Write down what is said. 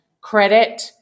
credit